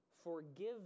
Forgive